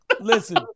listen